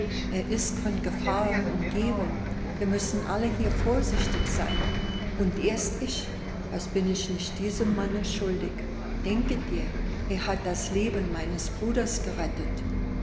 er ist von gefahren umgeben wir müssen alle hier vorsichtig sein und erst ich was bin ich nicht diesem manne schuldig denke dir er hat das leben meines bruders gerettet